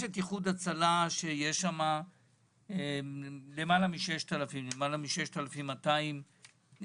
יש את איחוד הצלה, שם יש למעלה מ-6,200 מתנדבים